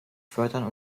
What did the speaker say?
fördern